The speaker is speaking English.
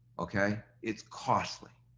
okay? it's costly.